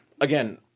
Again